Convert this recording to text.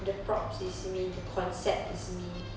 the props is me the concept is me